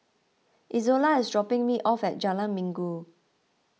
Izola is dropping me off at Jalan Minggu